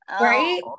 Right